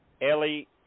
ellie